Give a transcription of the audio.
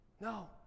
No